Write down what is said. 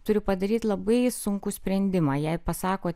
turi padaryti labai sunkų sprendimą jai pasako